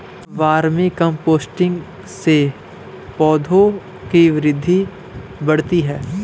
vermi composting से पौधों की वृद्धि बढ़ती है